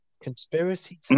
Conspiracy